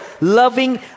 loving